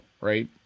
right